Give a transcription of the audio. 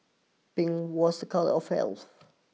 pink was a colour of health